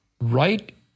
Right